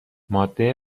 ماده